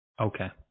Okay